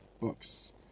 books